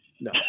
No